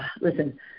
listen